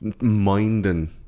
minding